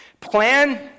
Plan